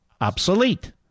obsolete